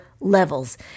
levels